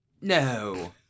No